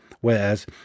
Whereas